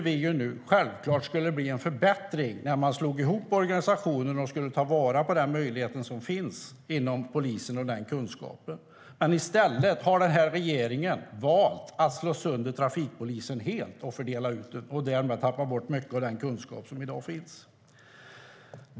Vi trodde självklart att det skulle bli en förbättring när organisationen slogs ihop och att man skulle ta vara på de möjligheter och den kunskap som finns inom polisen. I stället har regeringen valt att slå sönder trafikpolisen helt och fördela dem över landet. Därmed har man förlorat mycket av den kunskap som funnits.